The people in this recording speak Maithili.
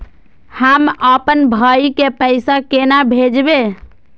हम आपन भाई के पैसा केना भेजबे?